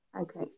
Okay